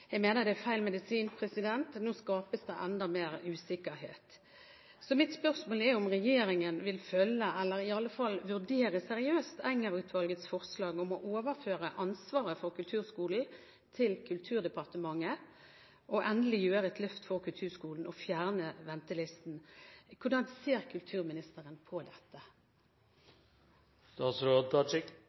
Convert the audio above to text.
Jeg mener det er feil medisin, nå skapes det enda mer usikkerhet. Mitt spørsmål er om regjeringen vil følge opp eller i alle fall seriøst vurdere Enger-utvalgets forslag om å overføre ansvaret for kulturskolen til Kulturdepartementet og endelig gjøre et løft for kulturskolen og fjerne ventelisten. Hvordan ser kulturministeren på